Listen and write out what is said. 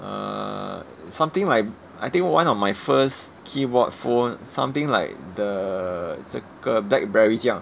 err something like I think one of my first keyboard phone something like the 这个 blackberry 这样